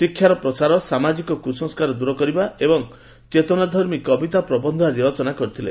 ଶିକ୍ଷାର ପ୍ରସାର ସାମାଜିକ କୁସଂସ୍କାର ଦୂର କରିବା ଏବଂ ଚେତନାଧର୍ମୀ କବିତା ପ୍ରବନ୍ଧ ଆଦି ରଚନା କରିଥିଲେ